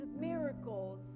miracles